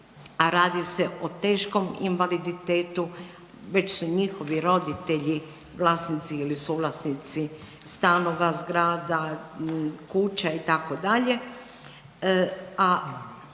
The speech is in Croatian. a radi se o teškom invaliditetu, već su njihovi roditelji vlasnici ili suvlasnici stanova, zgrada, kuća itd.,